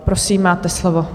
Prosím, máte slovo.